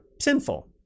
sinful